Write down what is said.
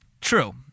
True